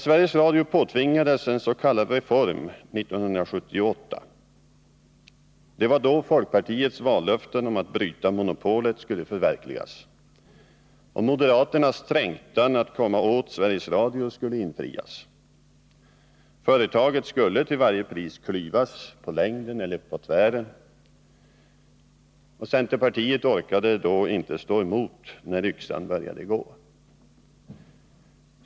Sveriges Radio påtvingades en s.k. reform 1978. Det var då folkpartiets vallöften om att bryta monopolet skulle förverkligas. Moderaternas trängtan efter att komma åt Sveriges Radio skulle infrias. Företaget skulle till varje pris klyvas— på längden eller på tvären. Centerpartiet orkade då inte stå emot när yxan började gå.